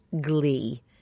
glee